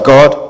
God